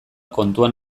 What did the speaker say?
kontuan